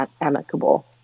amicable